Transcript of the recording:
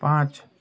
पाँच